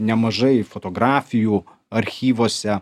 nemažai fotografijų archyvuose